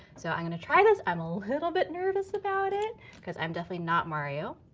so i'm gonna try this. i'm a little bit nervous about it because i'm definitely not mario.